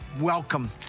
welcome